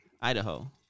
Idaho